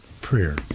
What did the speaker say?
prayer